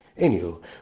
Anywho